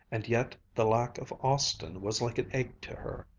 and yet the lack of austin was like an ache to her.